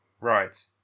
Right